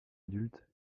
adulte